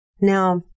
Now